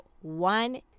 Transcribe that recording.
one